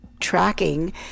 tracking